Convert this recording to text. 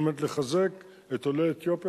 על מנת לחזק את עולי אתיופיה,